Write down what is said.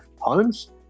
homes